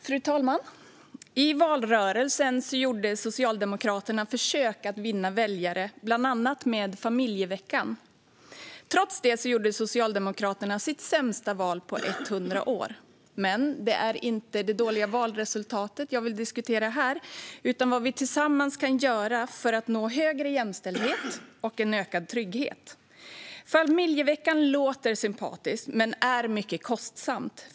Fru talman! Fru talman! I valrörelsen gjorde Socialdemokraterna försök att vinna väljare med bland annat familjeveckan. Trots det gjorde Socialdemokraterna sitt sämsta val på hundra år. Det är dock inte det dåliga valresultatet jag vill diskutera här utan vad vi tillsammans kan göra för att nå högre jämställdhet och ökad trygghet. Familjevecka låter sympatiskt men är mycket kostsamt.